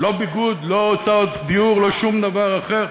לא ביגוד, לא הוצאות דיור, לא שום דבר אחר.